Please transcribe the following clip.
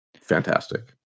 fantastic